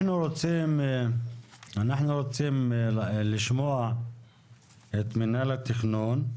אנחנו רוצים לשמוע את מינהל התכנון.